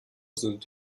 sind